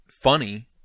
funny